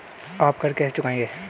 आप कर्ज कैसे चुकाएंगे?